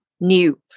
new